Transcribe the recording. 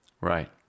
right